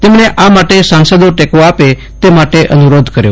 તેમણે આ માટે સાંસદો ટેકો આપે તે માટે અનુરોધ કર્યો